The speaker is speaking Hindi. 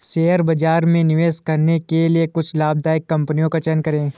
शेयर बाजार में निवेश करने के लिए कुछ लाभदायक कंपनियों का चयन करें